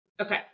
Okay